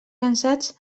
cansats